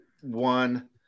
one